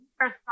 first